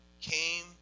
came